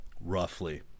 Roughly